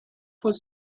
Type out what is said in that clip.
was